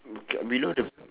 below the